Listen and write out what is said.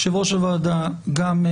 יושב-ראש הוועדה גם תומך.